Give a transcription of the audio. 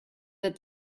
that